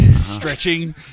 stretching